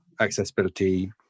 accessibility